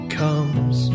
comes